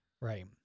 Right